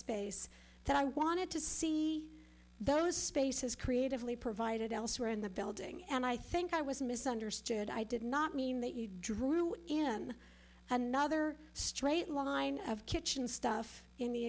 space that i wanted to see those spaces creatively provided elsewhere in the building and i think i was misunderstood i did not mean that you drew in another straight line of kitchen stuff in the